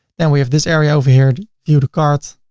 then we have this area over here, view the cart